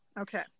Okay